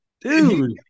Dude